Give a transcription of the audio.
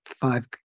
five